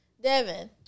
Devin